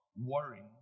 worrying